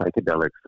psychedelics